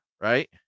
right